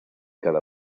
cada